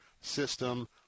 system